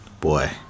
Boy